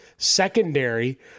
secondary